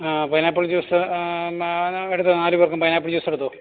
pineapple juice എടുത്തോ നാല് പേർക്കും പൈനാപ്പിൾ ജ്യൂസ് എടുത്തോ